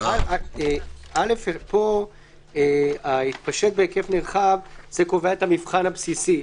כי פה "התפשט בהיקף נרחב" קובע את המבחן הבסיסי.